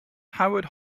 howard